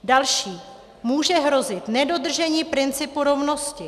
Další může hrozit nedodržení principu rovnosti.